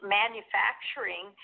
manufacturing